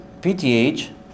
PTH